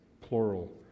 plural